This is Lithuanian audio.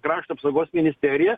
krašto apsaugos ministerija